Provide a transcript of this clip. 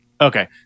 okay